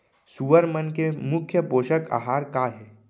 सुअर मन के मुख्य पोसक आहार का हे?